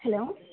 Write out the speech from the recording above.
hello